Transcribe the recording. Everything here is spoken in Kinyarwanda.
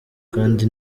kandi